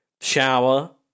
shower